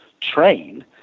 train